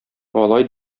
алай